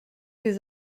des